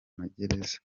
magereza